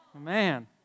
Man